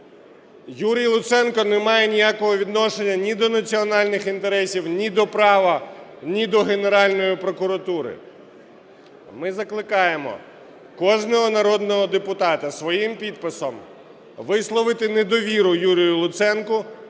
Юрій Луценко не має ніякого відношення ні до національних інтересів, ні до права, ні до Генеральної прокуратури. Ми закликаємо кожного народного депутата своїм підписом висловити недовіру Юрію Луценку